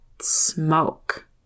smoke